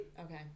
Okay